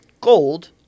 gold